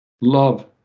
love